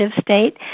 state